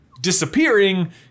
disappearing